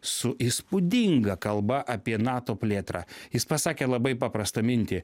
su įspūdinga kalba apie nato plėtrą jis pasakė labai paprastą mintį